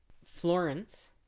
Florence